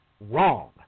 wrong